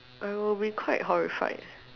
I will be quite horrified